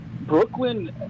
Brooklyn